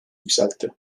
yükseltti